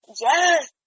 Yes